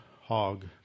hog